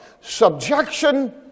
Subjection